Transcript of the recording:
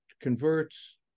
converts